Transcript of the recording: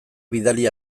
bidali